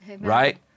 Right